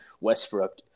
Westbrook